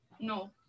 No